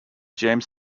james